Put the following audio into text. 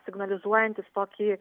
signalizuojantys tokį